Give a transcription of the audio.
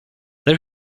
they